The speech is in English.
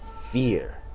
fear